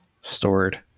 stored